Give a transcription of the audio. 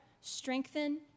strengthen